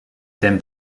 them